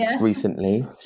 recently